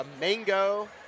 mango